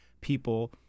people